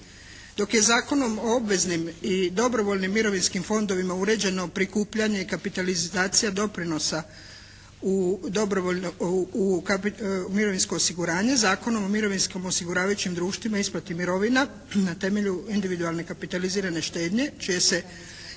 Dok je Zakonom o obveznim i dobrovoljnim mirovinskim fondovima uređeno prikupljanje i kapitalizacija doprinosa u mirovinsko osiguranje, Zakonom o mirovinskom osiguravajućim društvima i isplati mirovina na temelju individualne kapitalizirane štednje čije se izmjene